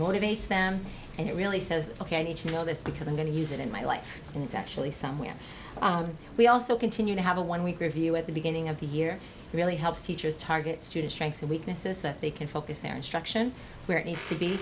motivates them and it really says ok i need to know this because i'm going to use it in my life and it's actually somewhere we also continue to have the one we grew view at the beginning of the year really helps teachers target students strengths and weaknesses that they can focus their instruction where it needs to be